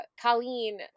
colleen